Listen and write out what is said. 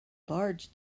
large